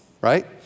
right